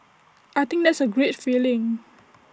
I think that's A great feeling